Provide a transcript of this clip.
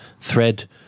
thread